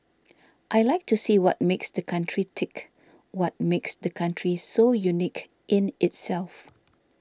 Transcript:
I like to see what makes the country tick what makes the country so unique in itself